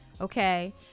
okay